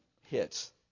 hits